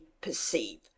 perceive